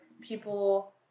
people